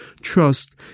trust